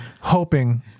hoping